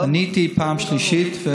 למה, עניתי פעם שלישית,